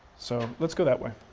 so, let's go that way.